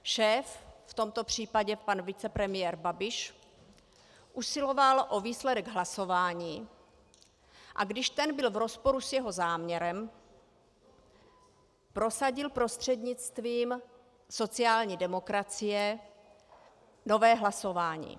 Šéf, v tomto případě pan vicepremiér Babiš, usiloval o výsledek hlasování, a když ten byl v rozporu s jeho záměrem, prosadil prostřednictvím sociální demokracie nové hlasování.